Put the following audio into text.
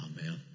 Amen